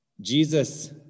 Jesus